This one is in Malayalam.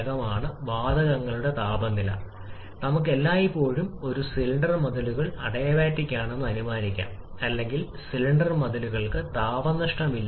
അതിനാൽ നമ്മൾ ഉയർന്ന താപനിലയിലേക്ക് നീങ്ങുമ്പോൾ കൂടുതൽ കൂടുതൽ ഊർജ്ജം ആവശ്യമാണ് ഈ അധിക വൈബ്രേഷനിലേക്ക് ആറ്റങ്ങളുടെ വൈബ്രേഷൻ വർദ്ധിപ്പിക്കുന്നു